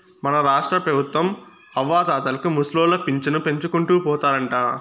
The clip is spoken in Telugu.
మన రాష్ట్రపెబుత్వం అవ్వాతాతలకు ముసలోళ్ల పింఛను పెంచుకుంటూ పోతారంట